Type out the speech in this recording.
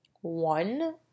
One